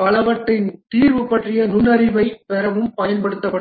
பலவற்றின் தீர்வு பற்றிய நுண்ணறிவைப் பெறவும் பயன்படுத்தப்படுகிறது